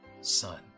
Son